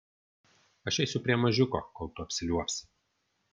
aš eisiu prie mažiuko kol tu apsiliuobsi